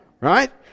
Right